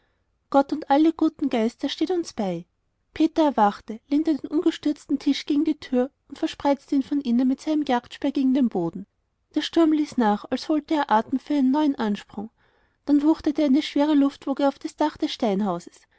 gott und alle guten geister steht uns bei peter erwachte lehnte den umgestürzten tisch gegen die tür und verspreizte ihn von innen mit seinem jagdspeer gegen den boden der sturm ließ nach als hole er atem für einen neuen ansprung dann wuchtete eine schwere luftwoge auf das dach des steinhauses